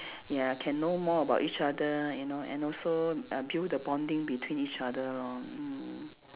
ya can know more about each other you know and also uh build the bonding between each other lor mm